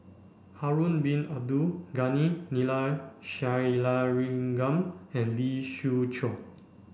Harun Bin Abdul Ghani Neila Sathyalingam and Lee Siew Choh